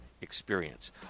experience